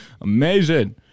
Amazing